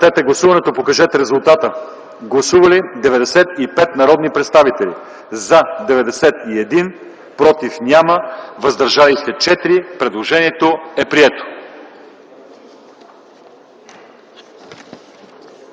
16 април 2010 г. Гласували 95 народни представители: за 91, против няма, въздържали се 4. Предложението е прието.